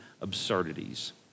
absurdities